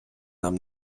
нам